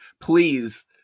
Please